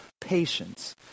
patience